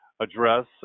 address